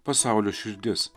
pasaulio širdis